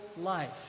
life